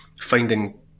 finding